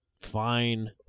Fine